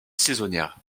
saisonnières